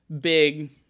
big